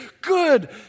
Good